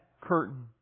curtain